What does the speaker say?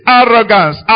arrogance